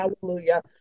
hallelujah